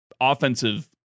offensive